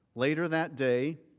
later that day,